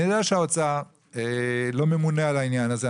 אני יודע שהאוצר לא ממונה על העניין הזה.